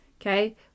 okay